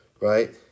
Right